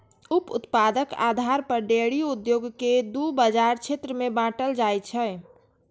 उप उत्पादक आधार पर डेयरी उद्योग कें दू बाजार क्षेत्र मे बांटल जाइ छै